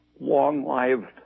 long-lived